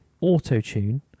auto-tune